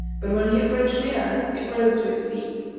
but when he approached nearer it rose to its feet.